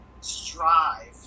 strive